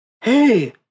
hey